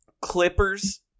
Clippers